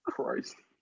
Christ